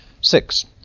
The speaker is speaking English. Six